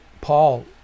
Paul